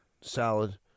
salad